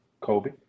Kobe